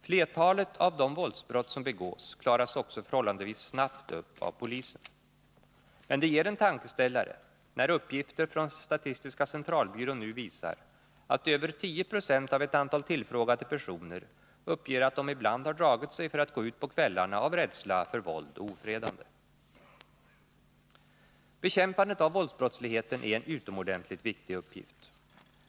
Flertalet av de våldsbrott som begås klaras också förhållandevis snabbt upp av polisen. Men det ger en tankeställare när uppgifter från statistiska centralbyrån nu visar att över 10 90 av ett antal tillfrågade personer uppger att de ibland har dragit sig för att gå ut på kvällarna av rädsla för våld och ofredande. Bekämpandet av våldsbrottsligheten är en utomordentligt viktig uppgift.